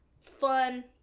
fun